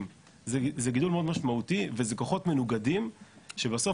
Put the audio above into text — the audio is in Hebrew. זה גידול מאוד משמעותי ואלו כוחות מנוגדים שבסוף